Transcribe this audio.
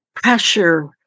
Pressure